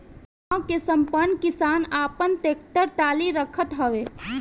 गांव के संपन्न किसान आपन टेक्टर टाली रखत हवे